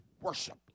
worship